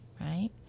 right